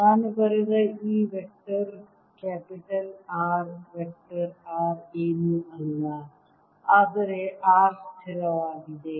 ನಾನು ಬರೆದ ಈ vector capital R vector R ಏನೂ ಅಲ್ಲ ಆದರೆ R ಸ್ಥಿರವಾಗಿದೆ